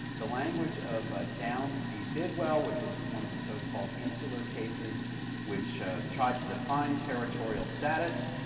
the language of downes v. bidwell which was one of the so-called insular cases which tried to define territorial status,